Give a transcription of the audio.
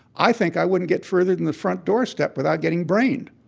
i think i wouldn't get further than the front doorstep without getting brained.